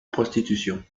prostitution